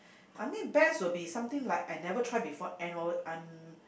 I mean best will be something like I never tried before and or I'm